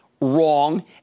Wrong